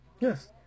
yes